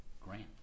grant